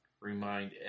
remind